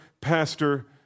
pastor